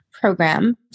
program